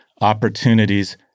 opportunities